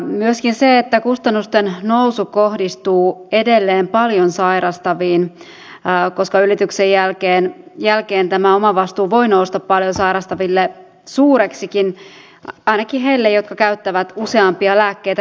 myöskin kustannusten nousu kohdistuu edelleen paljon sairastaviin koska lääkekaton ylityksen jälkeen tämä lääkekohtainen omavastuu voi nousta paljon sairastaville suureksikin ainakin heille jotka käyttävät useampia lääkkeitä